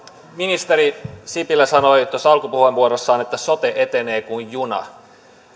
ministeri sipilä sanoi tuossa alkupuheenvuorossaan että sote etenee kuin juna